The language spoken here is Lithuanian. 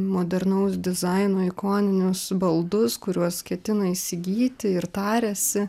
modernaus dizaino ikoninius baldus kuriuos ketina įsigyti ir tariasi